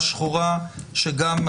הוא שזאת הדרך היחידה שלהם להביא את הבעיה